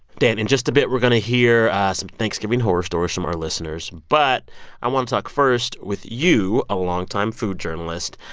dan, in just a bit, we're going to hear some thanksgiving horror stories from our listeners. but i want to talk first with you, a longtime food journalist,